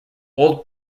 old